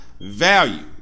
value